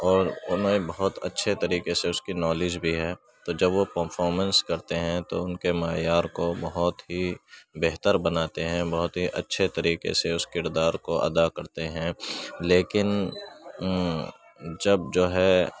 اور انہیں بہت اچھے طریقے سے اس کی نالج بھی ہے تو جب وہ پرفارمنس کرتے ہیں تو ان کے معیار کو بہت ہی بہتر بناتے ہیں بہت ہی اچھے طریقے سے اس کردار کو ادا کرتے ہیں لیکن جب جو ہے